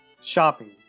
Shopping